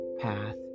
path